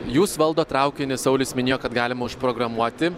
jūs valdot traukinį saulius minėjo kad galima užprogramuoti